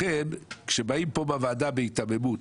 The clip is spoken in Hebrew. לכן כשבאים פה בוועדה בהיתממות